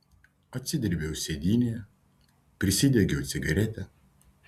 atsidrėbiau sėdynėje prisidegiau cigaretę